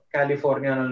California